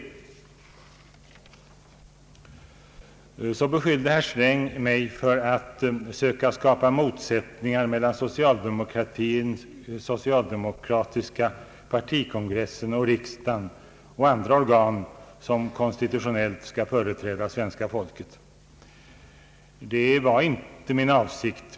Herr Sträng beskyllde mig för att söka skapa motsättningar mellan socialdemokratiska partikongressen och riksdagen och andra organ som konstitutionellt skall företräda svenska folket. Det var inte min avsikt.